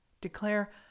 Declare